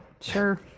Sure